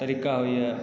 तरीका होइए